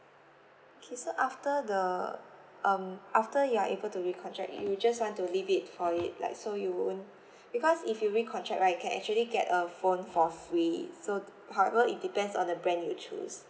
okay so after the um after you are able to recontract you just want to leave it for it like so you won't because if you recontract right you can actually get a phone for free so however it depends on the brand you choose